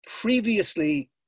previously